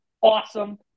awesome